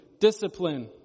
discipline